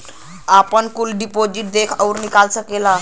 आपन कुल डिपाजिट देख अउर निकाल सकेला